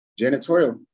Janitorial